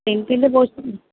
ടെൻത്തിൻ്റെ portion